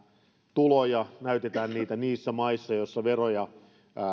tuloja näytetään niitä niissä maissa joissa veroja